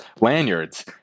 lanyards